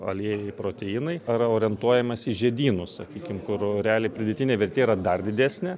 aliejai proteinai ar orientuojamės į žiedynus sakykim kur realiai pridėtinė vertė yra dar didesnė